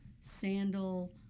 sandal